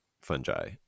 fungi